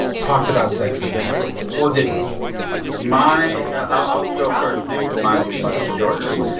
talked about sex with you or didn't my i'll go first, nick, because mine will be much shorter.